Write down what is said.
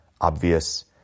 Obvious